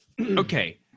Okay